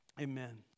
amen